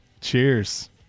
cheers